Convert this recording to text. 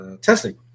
testing